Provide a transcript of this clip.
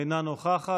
אינה נוכחת.